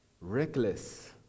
reckless